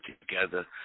together